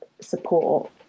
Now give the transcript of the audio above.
support